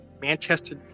Manchester